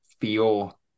feel